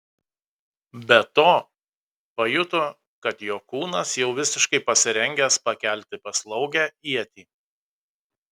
be to pajuto kad jo kūnas jau visiškai pasirengęs pakelti paslaugią ietį